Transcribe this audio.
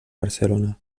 barcelona